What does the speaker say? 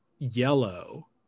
yellow